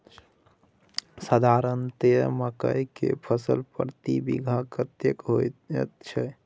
साधारणतया मकई के फसल प्रति बीघा कतेक होयत छै?